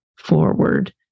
forward